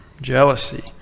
jealousy